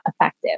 effective